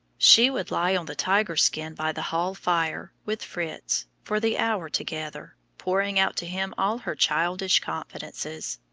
she would lie on the tiger-skin by the hall fire with fritz for the hour together, pouring out to him all her childish confidences.